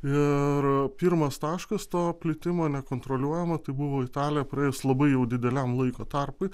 ir pirmas taškas to plitimo nekontroliuojamo tai buvo italija praėjus labai jau dideliam laiko tarpui